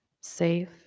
safe